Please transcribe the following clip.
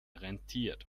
rentiert